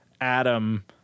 Adam